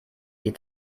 die